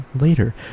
later